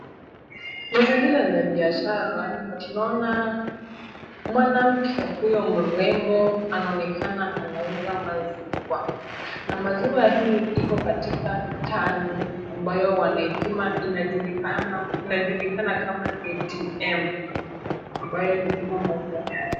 Mazingira ni ya biashara na tunaona mwanamke huyo mrembo anaonekana anaunda maziwa na maziwa hii iko katika tani ambayo wanaipima inajulikana kama ATM amabyo hupima maziwa haya.